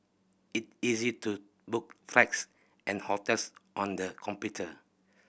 it easy to book flights and hotels on the computer